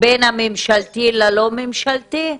בין הממשלתי ללא ממשלתי?